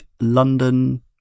London